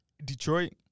Detroit